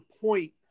point